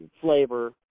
flavor